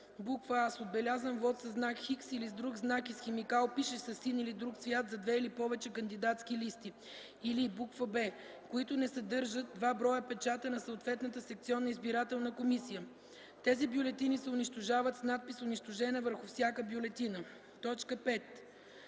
а) с отбелязан вот със знак „Х” или с друг знак и с химикал, пишещ със син или друг цвят за две или повече кандидатски листи, или б) които не съдържат два броя печата на съответната секционна избирателна комисия; тези бюлетини се унищожават с надпис "унищожена" върху всяка бюлетина; 5.